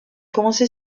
commencé